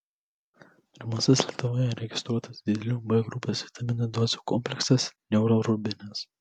pirmasis lietuvoje registruotas didelių b grupės vitaminų dozių kompleksas neurorubinas